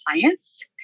clients